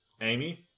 Amy